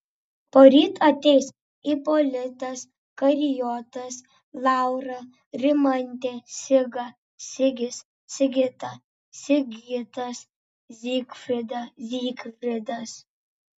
poryt ateis ipolitas karijotas laura rimantė siga sigis sigita sigitas zigfrida zygfridas